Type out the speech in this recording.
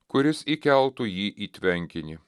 kuris įkeltų jį į tvenkinį